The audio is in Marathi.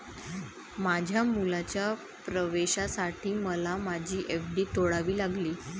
माझ्या मुलाच्या प्रवेशासाठी मला माझी एफ.डी तोडावी लागली